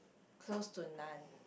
close to none